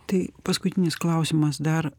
tai paskutinis klausimas dar